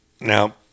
Now